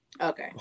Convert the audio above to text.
Okay